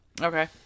Okay